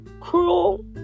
cruel